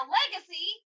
legacy